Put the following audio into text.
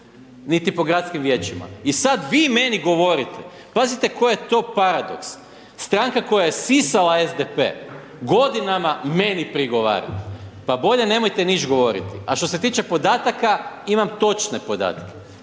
niti po gradskim vijećima i sada vi meni govorite, pazite koji je to paradoks stranka koja je sisala SDP godinama, meni prigovara. Pa bolje nemojte niš' govoriti. A što se tiče podataka, imam točne podatke.